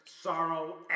Sorrow